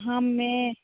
हाँ मैं